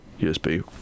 USB